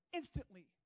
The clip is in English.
instantly